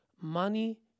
money